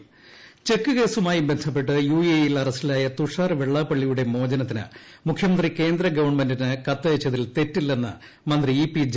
Jayarajan cheque കേസുമായി ബന്ധപ്പെട്ട് യുഎഇയിൽ അറസ്റ്റിലായ തുഷാർ വെള്ളപ്പാള്ളിയുടെ മോചനത്തിന് മുഖ്യമന്ത്രി കേന്ദ്ര ഗവൺമെന്റിന് കത്തയച്ചതിൽ തെറ്റില്ലെന്ന് മന്ത്രി ശ്ചിപ്പിട്ട്